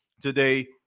today